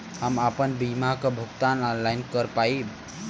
हम आपन बीमा क भुगतान ऑनलाइन कर पाईब?